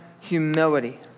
humility